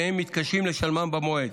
והם מתקשים לשלמם במועד.